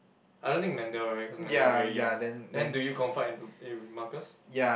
I don't think Mendel right cause Mendel very young then do you confide into eh with Marcus